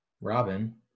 Robin